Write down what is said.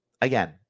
again